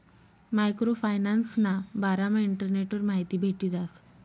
micro फायनान्सना बारामा इंटरनेटवर माहिती भेटी जास